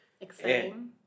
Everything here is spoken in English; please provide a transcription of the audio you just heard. Exciting